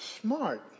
smart